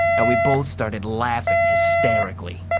and we both started laughing hysterically.